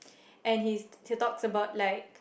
and he he talks about like